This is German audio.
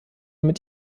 mit